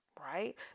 right